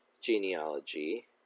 genealogy